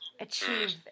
achieve